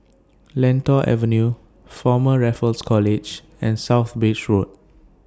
Lentor Avenue Former Raffles College and South Bridge Road